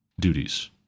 duties